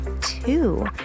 two